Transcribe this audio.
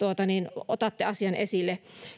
otatte asian esille